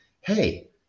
hey